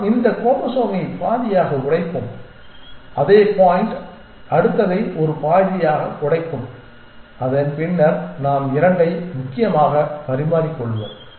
நாம் இந்த குரோமோசோமை பாதியாக உடைப்போம் அதே பாயிண்ட் அடுத்ததை ஒரு பாதியாக உடைக்கும் அதன் பின்னர் நாம் 2 ஐ முக்கியமாக பரிமாறிக்கொள்வோம்